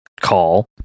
call